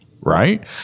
right